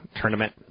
tournament